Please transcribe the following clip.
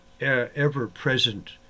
ever-present